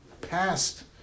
passed